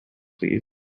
please